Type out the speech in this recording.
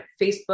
Facebook